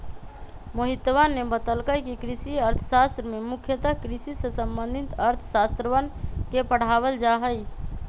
मोहितवा ने बतल कई कि कृषि अर्थशास्त्र में मुख्यतः कृषि से संबंधित अर्थशास्त्रवन के पढ़ावल जाहई